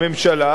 הממשלה,